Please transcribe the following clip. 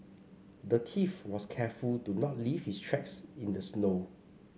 the thief was careful to not leave his tracks in the snow